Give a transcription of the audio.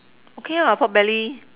okay lah Pork Belly